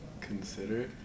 consider